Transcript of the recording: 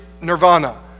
nirvana